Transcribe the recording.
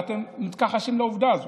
ואתם מתכחשים לעובדה הזאת.